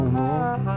more